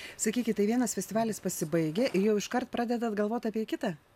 sakykit tai vienas festivalis pasibaigia ir jau iškart pradedat galvot apie kitą